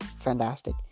fantastic